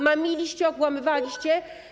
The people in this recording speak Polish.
Mamiliście, okłamywaliście.